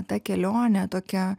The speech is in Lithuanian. ta kelionė tokia